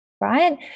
right